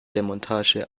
demontage